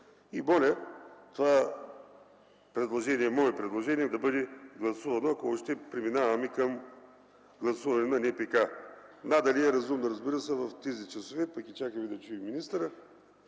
Моля, това мое предложение да бъде гласувано, ако въобще преминаваме към гласуване на НПК. Надали е разумно, разбира се, в тези часове, пък и чакаме да чуем министъра